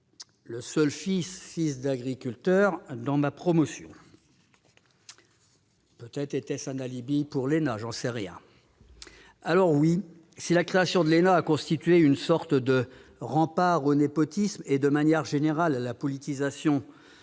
le seul fils d'agriculteur dans ma promotion. Peut-être était-ce un alibi pour l'ENA ? Je n'en sais rien. Alors oui, si la création de l'ENA a constitué une sorte de rempart au népotisme et, de manière générale, à la politisation de